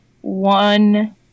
One